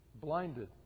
Blinded